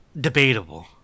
Debatable